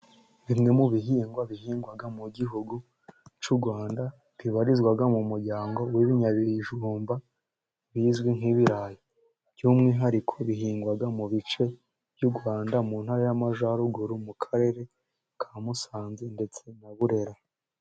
Bimwe mu bihingwa bihingwa mu gihugu cy'u Rwanda bibarizwa mu muryango w'ibinyabijumba bizwi nk'ibirayi, by'umwihariko bihingwa mu bice by'u Rwanda mu Ntara y'amajyaruguru mu Karere ka Musaze ndetse na Burera.